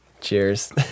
cheers